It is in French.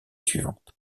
suivante